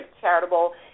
charitable